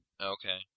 Okay